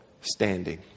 standing